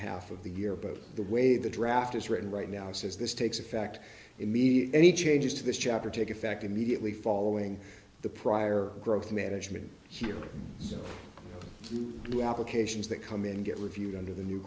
half of the year but the way the draft is written right now says this takes effect immediately any changes to this chapter take effect immediately following the prior growth management here or the applications that come in and get reviewed under the new